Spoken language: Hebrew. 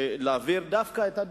להעביר את הדיון,